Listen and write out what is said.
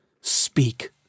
speak